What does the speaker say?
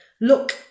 Look